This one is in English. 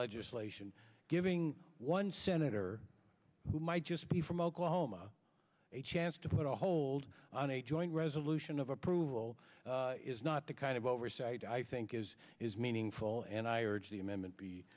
legislation giving one senator who might just be from oklahoma a chance to put a hold on a joint resolution of approval is not the kind of oversight i think is is meaningful and i urge the amendment be